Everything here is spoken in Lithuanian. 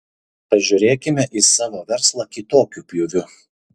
pažiūrėkime į savo verslą kitokiu pjūviu